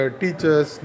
teachers